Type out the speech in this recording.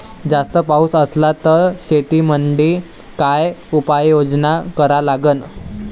जास्त पाऊस असला त शेतीमंदी काय उपाययोजना करा लागन?